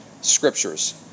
scriptures